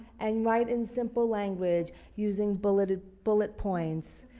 and write in simple language using bullet ah bullet points.